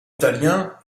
italien